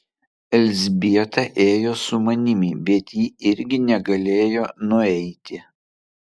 elzbieta ėjo su manimi bet ji irgi negalėjo nueiti